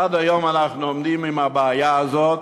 עד היום אנחנו עומדים עם הבעיה הזאת,